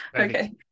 Okay